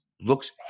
Looks